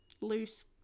loose